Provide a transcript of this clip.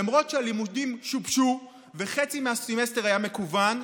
למרות שהלימודים שובשו וחצי מהסמסטר היה מקוון,